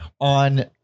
on